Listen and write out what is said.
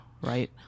right